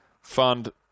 fund